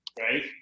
Right